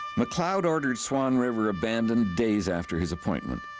mcleod ordered swan river abandoned days after his appointment.